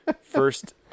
first